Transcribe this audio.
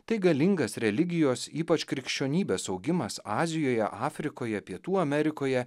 tai galingas religijos ypač krikščionybės augimas azijoje afrikoje pietų amerikoje